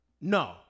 No